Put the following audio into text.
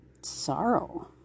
sorrow